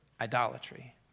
idolatry